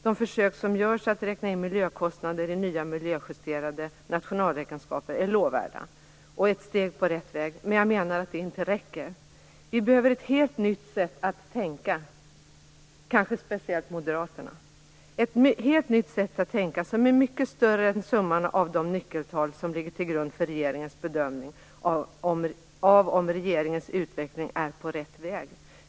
De försök som görs att räkna in miljökostnader i nya miljöjusterade nationalräkenskaper är lovvärda och ett steg på rätt väg, men jag menar att de inte räcker. Vi behöver ett helt nytt sätt att tänka - kanske speciellt Moderaterna - som är mycket större än summan av de nyckeltal som ligger till grund för regeringens bedömning av om regeringens utveckling är på rätt väg.